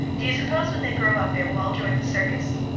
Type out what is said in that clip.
do you suppose when they grow up they will all join the circus?